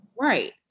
Right